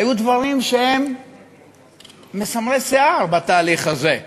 והיו דברים מסמרי שיער בתהליך הזה.